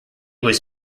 was